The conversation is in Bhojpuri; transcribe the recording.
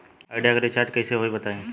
आइडिया के रीचारज कइसे होई बताईं?